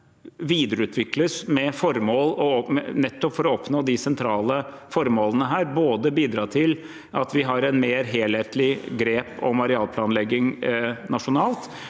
videreutvikles nettopp for å oppnå de sentrale formålene, både å bidra til at vi har et mer helhetlig grep om arealplanlegging nasjonalt,